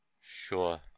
Sure